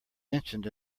mentioned